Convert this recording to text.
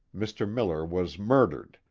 mr. miller was murdered,